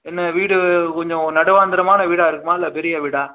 என்ன வீடு கொஞ்சம் நடுவாந்தரமான வீடா இருக்குமா இல்லை பெரிய வீடா